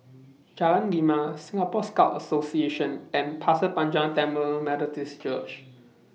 Jalan Lima Singapore Scout Association and Pasir Panjang Tamil Methodist Church